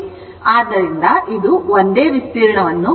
ಆದ್ದರಿಂದ ಇದು ಒಂದೇ ವಿಸ್ತೀರ್ಣ ವನ್ನು ಹೊಂದಿದೆ